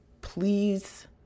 please